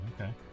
Okay